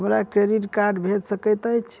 हमरा credit card भेट सकैत अछि?